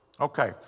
Okay